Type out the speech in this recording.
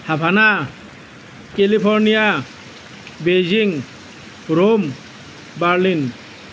havana California Beijing Rome Berlin